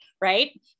right